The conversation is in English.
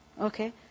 Okay